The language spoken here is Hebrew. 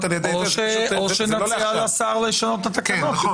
זה נכון שאלה מקרים בלי התנגדות,